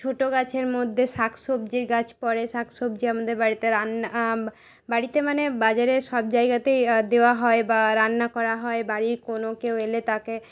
ছোটো গাছের মধ্যে শাকসবজির গাছ পরে শাকসবজি আমাদের বাড়িতে রান্না বাড়িতে মানে বাজারে সব জায়গাতে দেওয়া হয় বা রান্না করা হয় বাড়ির কোনো কেউ এলে তাকে